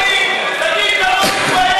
תגיד, אתה לא מתבייש?